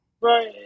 right